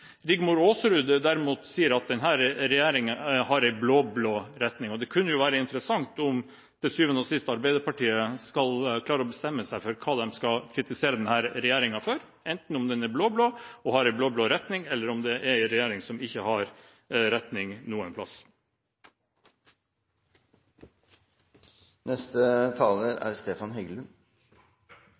Rigmor Aasrud sier derimot at denne regjeringen har en blå-blå retning. Det kunne være interessant om Arbeiderpartiet til syvende og sist klarte å bestemme seg for hva de skal kritisere denne regjeringen for – om den enten er blå-blå og har en blå-blå retning, eller om det er en regjering som ikke har retning noen plass. Det er